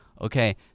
Okay